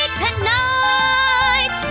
tonight